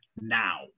now